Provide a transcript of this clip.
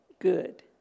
Good